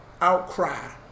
outcry